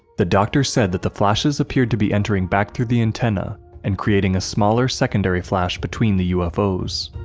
the doctor said that the flashes appeared to be entering back through the antennae and creating a smaller, secondary flash between the ufos.